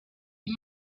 you